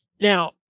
Now